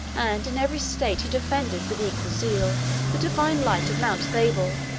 and in every state he defended with equal zeal the divine light of mount thabor,